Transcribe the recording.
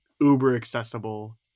uber-accessible